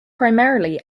primarily